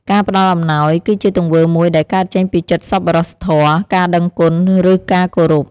ការផ្ដល់អំណោយ គឺជាទង្វើមួយដែលកើតចេញពីចិត្តសប្បុរសធម៌ ការដឹងគុណ ឬការគោរព។